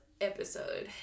episode